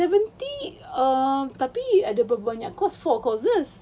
but seventy uh tapi ada berapa banyak course four courses